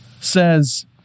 says